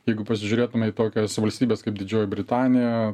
jeigu pasižiūrėtume į tokias valstybes kaip didžioji britanija